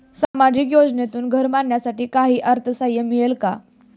सामाजिक योजनेतून घर बांधण्यासाठी काही अर्थसहाय्य मिळेल का?